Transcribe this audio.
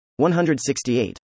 168